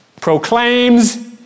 proclaims